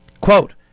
Quote